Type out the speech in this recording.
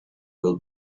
will